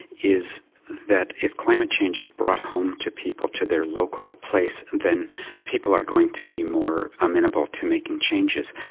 is that if climate change is brought home to people to their local place, then people are going to be more amenable to making changes.